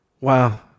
Wow